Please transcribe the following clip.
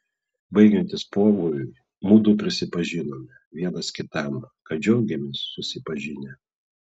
baigiantis pobūviui mudu prisipažinome vienas kitam kad džiaugėmės susipažinę